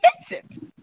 offensive